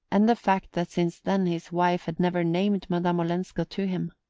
and the fact that since then his wife had never named madame olenska to him.